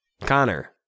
Connor